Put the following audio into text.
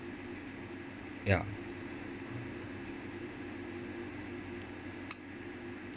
ya